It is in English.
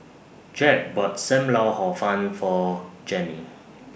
Jacque bought SAM Lau Hor Fun For Jenny